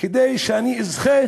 כדי שאני אזכה